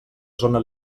zona